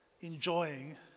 enjoying